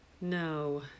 No